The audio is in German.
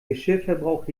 geschirrverbrauch